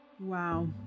wow